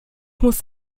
muss